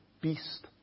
beast